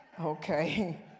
Okay